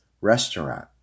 restaurant